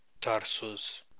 Tarsus